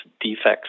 defects